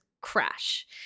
crash